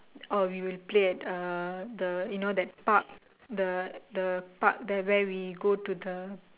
or we will play at uh the you know that park the the park that where we will go to the